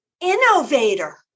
innovator